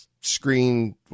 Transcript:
screen